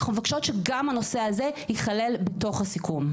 אנחנו מבקשות שגם הנושא הזה ייכלל בתוך הסיכום.